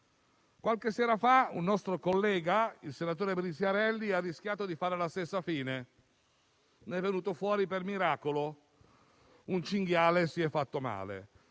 Qualche sera fa un nostro collega, il senatore Briziarelli, ha rischiato di fare la stessa fine; ne è venuto fuori per miracolo, un cinghiale si è fatto male.